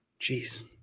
Jeez